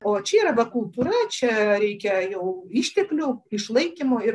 o čia yra va kultūra čia reikia jau išteklių išlaikymo ir